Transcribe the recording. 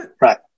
Right